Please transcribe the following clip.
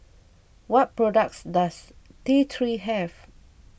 what products does T three have